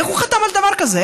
איך הוא חתם על דבר כזה?